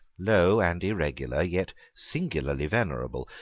low and irregular, yet singularly venerable,